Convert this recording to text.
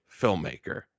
filmmaker